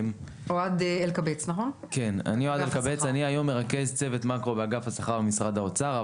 אני אוהד אלקבץ ואני היום מרכז צוות מאקרו באגף השכר במשרד האוצר.